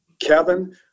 Kevin